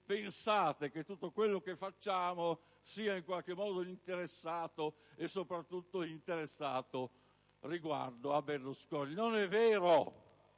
pensate che tutto quello che facciamo sia in qualche modo interessato, soprattutto con riguardo a Berlusconi. Non è vero!